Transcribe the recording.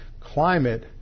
climate